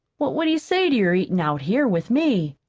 what would he say to your eatin' out here with me?